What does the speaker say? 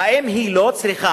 האם היא לא צריכה,